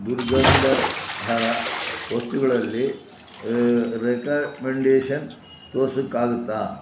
ದುರ್ಗಂಧ ಹರ ವಸ್ತುಗಳಲ್ಲಿ ರೆಕಮೆಂಡೇಷನ್ ತೋರ್ಸೋಕ್ಕಾಗುತ್ತಾ